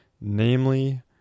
Namely